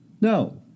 No